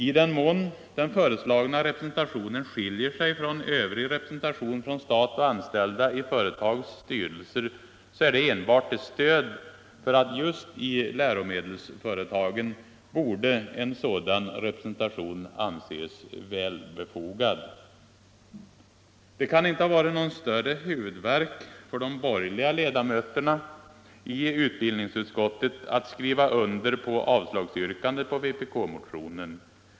I den mån som den föreslagna representationen skiljer sig från övrig representation från stat och anställda i företags styrelser är det enbart till stöd för att just i läromedelsföretagen en sådan representation borde anses väl befogad. Det kan inte ha varit någon större huvudvärk för de borgerliga ledamöterna i utbildningsutskottet att skriva under på avslagsyrkandet i vpk-motionen.